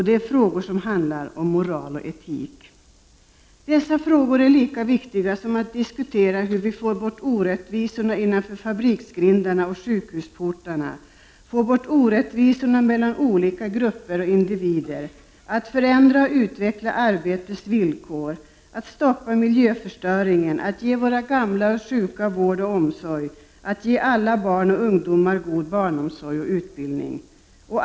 De handlar om moral och etik, och det är lika viktigt att diskutera dessa frågor som frågorna om hur vi skall få bort orättvisorna innanför fabriksgrindarna och sjukhusportarna, få bort orättvisorna mellan olika grupper och individer, hur vi skall förändra och utveckla arbetets villkor, stoppa miljöförstöringen, ge våra gamla och sjuka vård och omsorg samt hur vi skall kunna ge alla barn och ungdomar god barnomsorg och utbildning.